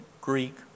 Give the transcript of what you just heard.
Greek